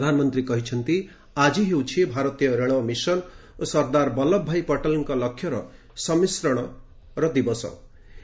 ପ୍ରଧାନମନ୍ତ୍ରୀ କହିଛନ୍ତି ଆଜି ହେଉଛି ଭାରତୀୟ ରେଳ ମିଶନ ଓ ସର୍ଦ୍ଦାର ବଲ୍ଲଭ ଭାଇ ପଟେଲଙ୍କ ଲକ୍ଷ୍ୟର ସମିଶ୍ରଣ ହୋଇପାରିଛି